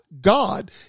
God